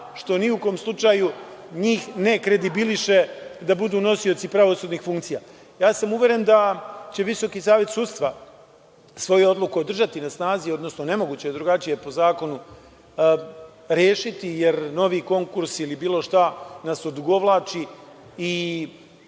što ni u kom slučaju njih ne kredibiliše da budu nosioci pravosudnih funkcija? Uveren sam da će Visoki savet sudstva svoju odluku održati na snazi, odnosno nemoguće je drugačije po zakonu rešiti, jer novi konkurs ili bilo šta nas odugovlači i